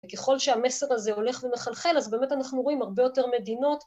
‫וככל שהמסר הזה הולך ומחלחל, ‫אז באמת אנחנו רואים הרבה יותר מדינות...